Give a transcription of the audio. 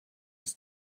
its